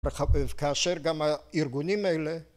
כאשר גם הארגונים האלה